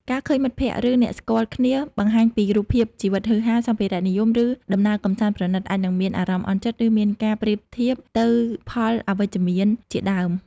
ការឃើញមិត្តភក្តិ ឬអ្នកស្គាល់គ្នាបង្ហាញពីរូបភាពជីវិតហ៊ឺហា សម្ភារៈនិយម ឬដំណើរកម្សាន្តប្រណីតអាចនិងមានអារម្មណ៍អន់ចិត្តឬមានការប្រៀបទៅផលអវីជ្ជមានជាដើម។